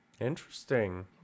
Interesting